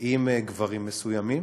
עם גברים מסוימים,